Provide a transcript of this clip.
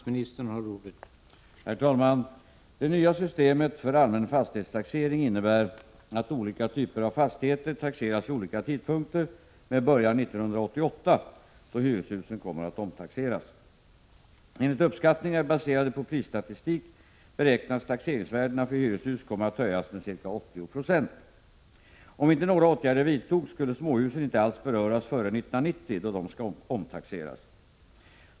Herr talman! Det nya systemet för allmän fastighetstaxering innebär att olika typer av fastigheter taxeras vid olika tidpunkter med början 1988, då hyreshusen kommer att omtaxeras. Enligt uppskattningar baserade på prisstatistik beräknas taxeringsvärdena för hyreshus komma att höjas med ca 80 90. Om inte några åtgärder vidtogs skulle småhusen inte alls beröras före 1990, då de skall omtaxeras.